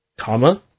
comma